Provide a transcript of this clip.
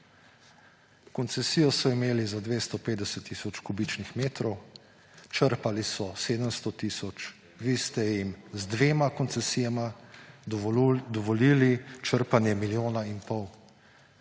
Koncesijo so imeli za 250 tisoč kubičnih metrov, črpali so 700 tisoč, vi ste jim z dvema koncesijama dovolili črpanje milijon in pol.